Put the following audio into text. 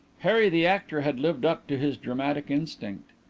harry the actor had lived up to his dramatic instinct.